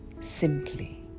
simply